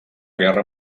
guerra